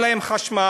אין להם חשמל,